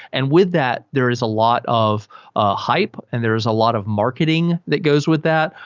and with that, there is a lot of ah hype and there is a lot of marketing that goes with that,